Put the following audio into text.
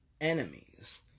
enemies